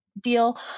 deal